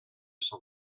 son